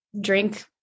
drink